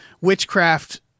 witchcraft